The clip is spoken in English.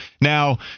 Now